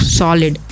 solid